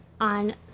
on